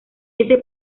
ese